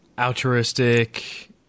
altruistic